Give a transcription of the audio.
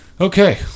Okay